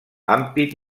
ampit